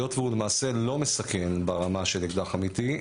היות והוא למעשה לא מסכן ברמה של אקדח אמיתי,